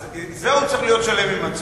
אז בזה הוא צריך להיות שלם עם עצמו.